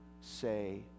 say